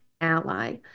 ally